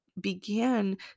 began